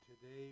today